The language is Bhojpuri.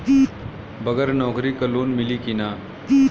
बगर नौकरी क लोन मिली कि ना?